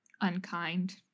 unkind